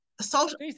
social